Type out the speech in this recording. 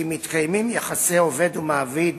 כי מתקיימים יחסי עובד ומעביד